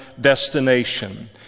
destination